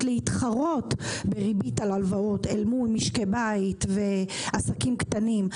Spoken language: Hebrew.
להתחרות בריבית על הלוואות אל מול משקי בית ועסקים קטנים,